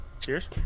Cheers